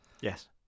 Yes